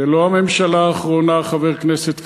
זה לא הממשלה האחרונה, חבר הכנסת כבל.